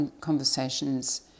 conversations